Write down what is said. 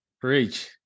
preach